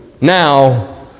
now